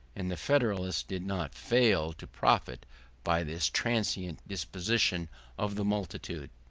and the federalists did not fail to profit by this transient disposition of the multitude.